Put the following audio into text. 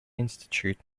institute